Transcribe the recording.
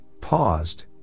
paused